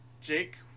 Jake